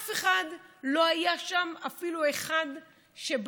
אף אחד לא היה שם, אפילו אחד שבא,